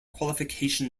qualification